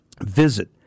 Visit